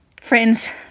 Friends